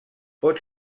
pot